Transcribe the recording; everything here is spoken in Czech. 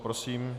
Prosím.